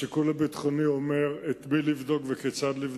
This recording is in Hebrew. השיקול הביטחוני אומר את מי לבדוק וכיצד לבדוק,